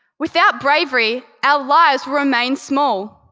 without bravery, our lives remain small.